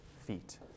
feet